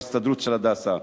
או ההסתדרות של "הדסה",